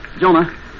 Jonah